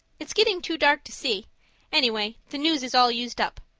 it's getting too dark to see anyway, the news is all used up.